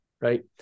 right